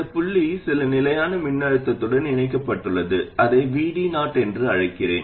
இந்த புள்ளி சில நிலையான மின்னழுத்தத்துடன் இணைக்கப்பட்டுள்ளது அதை VD0 என்று அழைக்கிறேன்